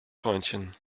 freundchen